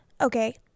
Okay